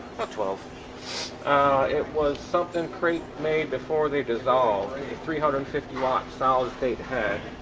not twelve it was something crate made before they dissolve three hundred and fifty watt solid-state head?